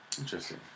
Interesting